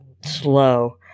slow